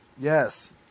Yes